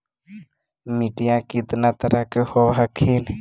मिट्टीया कितना तरह के होब हखिन?